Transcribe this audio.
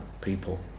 people